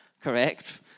correct